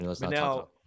now